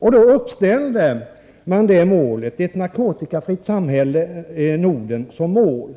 Ministerrådet uppställde därvid ett narkotikafritt Norden som mål.